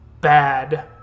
bad